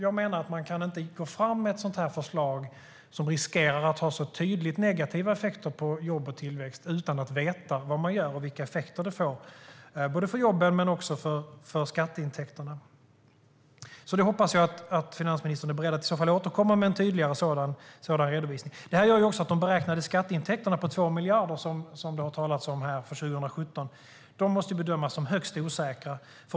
Jag menar nämligen att man inte kan gå fram med ett sådant förslag som riskerar att ha så tydligt negativa effekter på jobb och tillväxt utan att veta vad man gör och vilka effekter det får både för jobben och för skatteintäkterna. Jag hoppas att finansministern är beredd att i så fall återkomma med en tydligare redovisning. Detta gör också att de beräknade skatteintäkterna på 2 miljarder som det har talats om här för 2017 måste bedömas som högst osäkra.